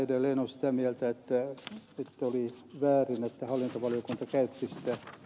edelleen olen sitä mieltä että oli väärin että hallintovaliokunta käytti sitä hyväkseen